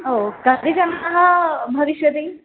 ओ कति जनाः भविष्यन्ति